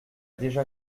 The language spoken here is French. déjà